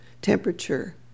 temperature